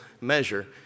measure